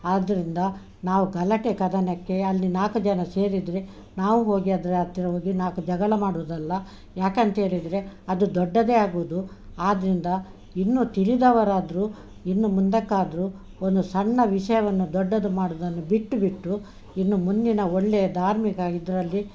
ಆದ್ದರಿಂದ ನಾವು ಗಲಾಟೆ ಕದನಕ್ಕೆ ಅಲ್ಲಿ ನಾಲ್ಕು ಜನ ಸೇರಿದರೆ ನಾವು ಹೋಗಿ ಅದರ ಹತ್ತಿರ ಹೋಗಿ ನಾಲ್ಕು ಜಗಳ ಮಾಡುವುದಲ್ಲ ಯಾಕಂತೇಳಿದರೆ ಅದು ದೊಡ್ಡದೇ ಆಗುವುದು ಆದ್ದರಿಂದ ಇನ್ನೂ ತಿಳಿದವರಾದರೂ ಇನ್ನು ಮುಂದಕ್ಕಾದರೂ ಒಂದು ಸಣ್ಣ ವಿಷಯವನ್ನು ದೊಡ್ಡದು ಮಾಡುದನ್ನು ಬಿಟ್ಟು ಬಿಟ್ಟು ಇನ್ನು ಮುಂದಿನ ಒಳ್ಳೆಯ ಧಾರ್ಮಿಕ ಇದರಲ್ಲಿ